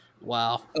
Wow